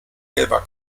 gelber